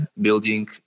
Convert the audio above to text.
building